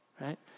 right